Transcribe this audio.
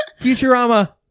Futurama